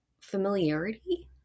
familiarity